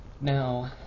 Now